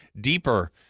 deeper